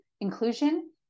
inclusion